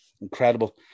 incredible